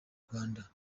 rwanda